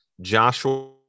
Joshua